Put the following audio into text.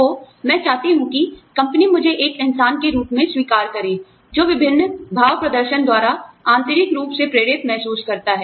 तो मैं चाहती हूँ कि कंपनी मुझे एक इंसान के रूप में स्वीकार करें जो विभिन्न भाव प्रदर्शन द्वारा आंतरिक रूप से प्रेरित महसूस करता है